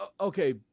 okay